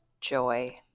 joy